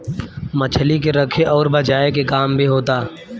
मछली के रखे अउर बचाए के काम भी होता